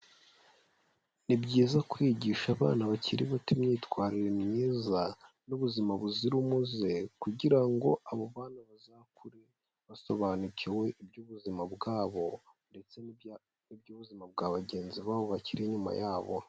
Ni byiza kwigisha abana bakiri bato imyitwarire myiza n'ubuzima buzira umuze kugira ngo abo bana bazakure basobanukiwe iby'ubuzima bwabo ndetse n'iby'ubuzima bwa bagenzi babo bakiri inyuma yabo.